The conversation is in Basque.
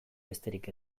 besterik